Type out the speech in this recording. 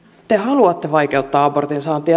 te haluatte vaikeuttaa abortin saantia